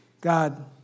God